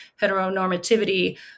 heteronormativity